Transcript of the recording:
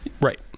Right